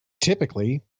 typically